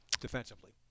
defensively